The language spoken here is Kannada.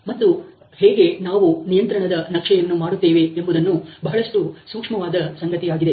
ಮತ್ತು ಹೇಗೆ ನಾವು ನಿಯಂತ್ರಣದ ನಕ್ಷೆಯನ್ನು ಮಾಡುತ್ತೇವೆ ಎಂಬುದು ಬಹಳಷ್ಟು ಸೂಕ್ಷ್ಮವಾದ ಸಂಗತಿಯಾಗಿದೆ